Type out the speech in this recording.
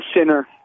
sinner